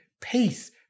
peace